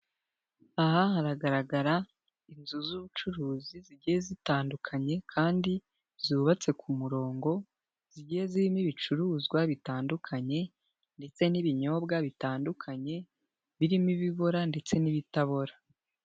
Aha hagaragara inzu z'ubucuruzi zigiye zitandukanye kandi zubatse ku murongo, zigiye zirimo ibicuruzwa bitandukanye ndetse n'ibinyobwa bitandukanye, birimo ibibora ndetse n'ibitabora.